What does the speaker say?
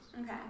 okay